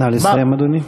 נא לסיים, אדוני.